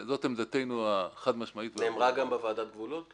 זאת עמדתנו החד משמעית ו --- היא נאמרה גם בוועדת הגבולות?